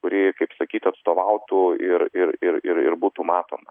kuri kaip sakyta atstovautų ir ir ir ir ir būtų matoma